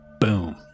Boom